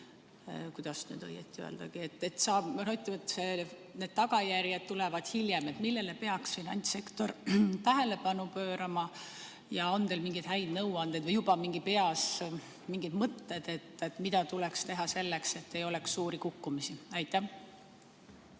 kuidas õieti öelda, et need tagajärjed tulevad hiljem. Millele peaks finantssektor tähelepanu pöörama? On teil mingeid häid nõuandeid või juba peas mingeid mõtteid, mida tuleks teha selleks, et ei oleks suuri kukkumisi? Aitäh,